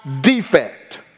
defect